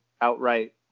outright